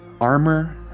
armor